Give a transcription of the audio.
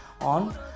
on